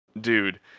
dude